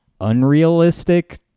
unrealistic